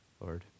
Lord